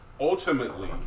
ultimately